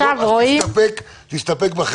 סדר הדברים